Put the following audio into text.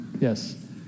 Yes